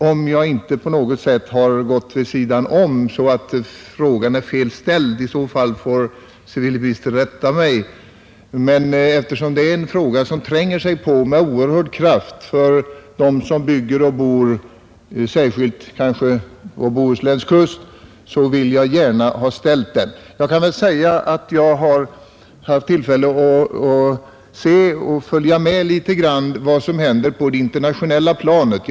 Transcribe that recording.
Om jag på något sätt har gått vid sidan om, så att frågan är fel ställd, får civilministern rätta mig. Men eftersom det är en fråga som tränger sig på med oerhörd kraft för dem som bygger och bor i dessa områden — kanske främst på Bohusläns kust — vill jag gärna ha ställt den. Jag har haft tillfälle att följa med litet grand vad som händer på det internationella planet.